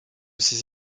ces